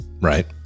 Right